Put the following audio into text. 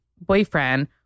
boyfriend